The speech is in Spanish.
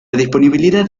disponibilidad